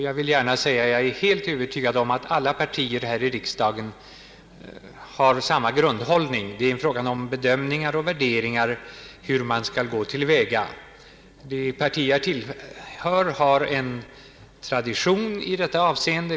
Jag vill gärna säga att jag är helt övertygad om att alla partier här i riksdagen har samma grundhållning. Det är en fråga om bedömningar och värderingar hur man skall gå till väga. Det parti jag tillhör har en tradition i detta avseeende.